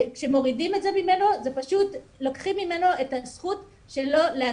כשמורידים את זה ממנו לוקחים לו את הזכות להצליח.